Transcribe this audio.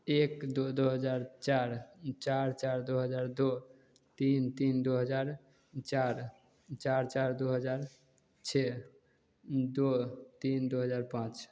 एक दो दो हज़ार चार चार चार दो हज़ार दो तीन तीन दो हज़ार चार चार चार दो हज़ार छः दो तीन दो हज़ार पाँच